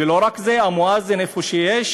ולא רק זה, המואזין, כשיש,